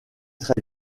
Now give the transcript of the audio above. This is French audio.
très